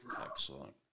Excellent